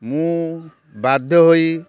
ମୁଁ ବାଧ୍ୟ ହୋଇ